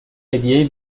هدیه